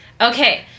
Okay